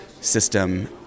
system